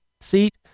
seat